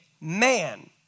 man